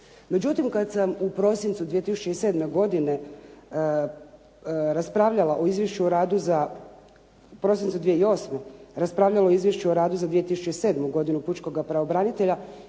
Međutim, kad sam u prosincu 2008. godine raspravljala o Izvješću o radu za 2007. godinu pučkoga pravobranitelja,